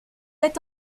êtes